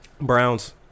Browns